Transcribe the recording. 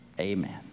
amen